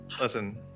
Listen